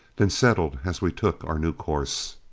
then settled as we took our new course.